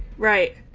right